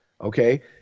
okay